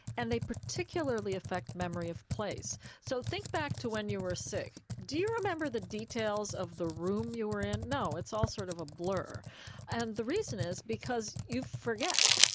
and they particularly affect memory of place. so think back to when you were sick, do you remember the details details of the room you were in? no, it's all sort of a blur and the reason is because you forget.